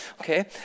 okay